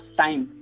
time